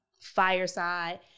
fireside